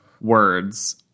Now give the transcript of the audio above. words